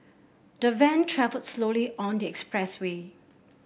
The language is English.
the van travelled slowly on the express way